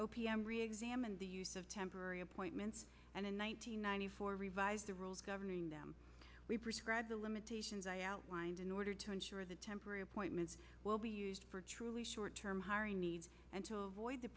p m re examined the use of temporary appointments and in one thousand nine hundred four revised the rules governing them we prescribe the limitations i outlined in order to ensure that temporary appointments will be used for truly short term hiring needs and to avoid the